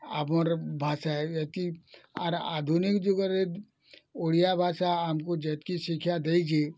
ଆମର୍ ଭାଷା ଏଟି ଆର୍ ଆଧୁନିକ୍ ଯୁଗରେ ଓଡ଼ିଆଭାଷା ଆମକୁ ଯେତକି ଶିକ୍ଷା ଦେଇଛି